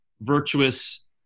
virtuous